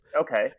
okay